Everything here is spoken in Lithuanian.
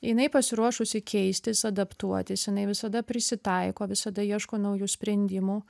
jinai pasiruošusi keistis adaptuotis jinai visada prisitaiko visada ieško naujų sprendimų